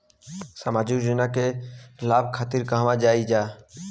सामाजिक योजना के लाभ खातिर कहवा जाई जा?